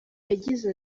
yagize